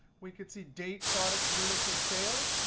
we could see date, product, units, and sales.